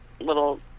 little